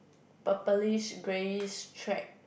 purplish greyish track